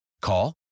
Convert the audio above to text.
Call